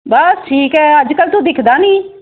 ਬਸ ਠੀਕ ਹੈ ਅੱਜ ਕੱਲ੍ਹ ਤੂੰ ਦਿਖਦਾ ਨਹੀਂ